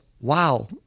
wow